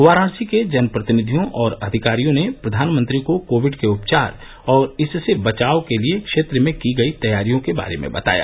वाराणसी के जन प्रतिनिधियों और अधिकारियों ने प्रधानमंत्री को कोविड के उपचार और इससे बचाव के लिए क्षेत्र में की गई तैयारियों के बारे में बताया